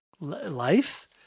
life